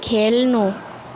खेल्नु